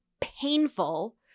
painful